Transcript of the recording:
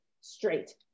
straight